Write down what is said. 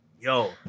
Yo